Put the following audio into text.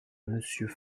monsieur